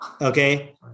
Okay